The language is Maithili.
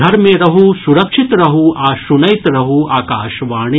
घर मे रहू सुरक्षित रहू आ सुनैत रहू आकाशवाणी